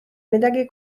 midagi